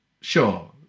sure